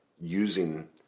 using